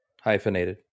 hyphenated